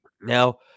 Now